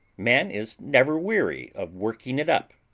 man is never weary of working it up.